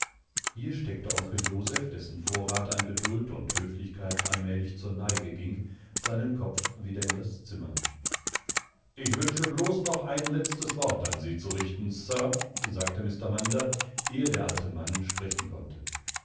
hier steckte onkel joseph dessen vorrat an geduld und höflichkeit allmälig zur neigeging seinenkopfwiederindaszimmer ich wünsche bloß noch ein letztes wort an sie zu richten sir sagte mr munder ehe der alte mann sprechen konnte